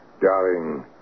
Darling